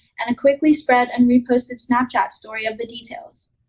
and a quickly spread and reposted snapchat story of the details.